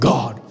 God